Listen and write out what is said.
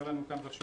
לא מייצג המדגם,